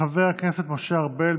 חבר הכנסת משה ארבל,